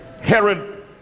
Herod